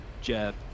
jeff